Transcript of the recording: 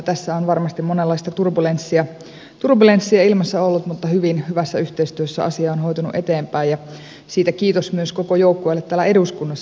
tässä on varmasti monenlaista turbulenssia ilmassa ollut mutta hyvin hyvässä yhteistyössä asia on hoitunut eteenpäin ja siitä kiitos myös koko joukkueelle täällä eduskunnassa